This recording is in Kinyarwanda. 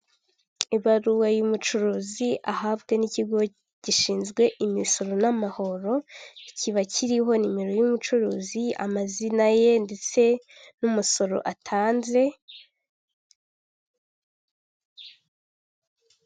Ibaruwa y'umucuruzi ahabwe n'ikigo gishinzwe imisoro n'amahoro kiba kiriho nimero y'ubucuruzi amazina ye ndetse n'umusoro atanze.